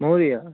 महोदय